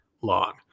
long